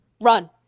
Run